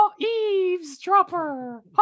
eavesdropper